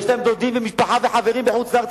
יש להם דודים ומשפחה וחברים בחוץ-לארץ,